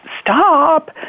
stop